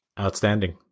Outstanding